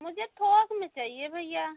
मुझे थोक में चाहिए भैया